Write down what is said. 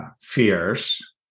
fears